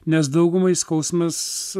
nes daugumai skausmas